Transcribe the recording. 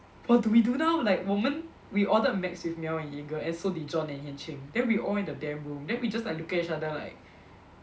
what do we do now like 我们 we ordered macs with Mel and Yeager so did John and Hian Ching then we all in the damn room then we just like looking at each other like